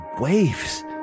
waves